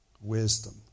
Wisdom